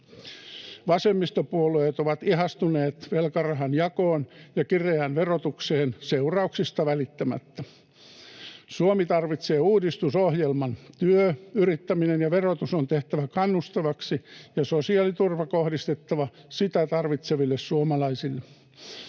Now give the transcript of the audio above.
Vasemmistopuolueet ovat ihastuneet velkarahan jakoon ja kireään verotukseen seurauksista välittämättä. Suomi tarvitsee uudistusohjelman. Työ, yrittäminen ja verotus on tehtävä kannustaviksi ja sosiaaliturva kohdistettava sitä tarvitseville suomalaisille.